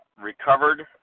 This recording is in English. Recovered